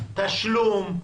תשלום,